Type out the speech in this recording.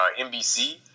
NBC